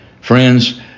Friends